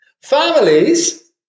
Families